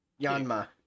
Yanma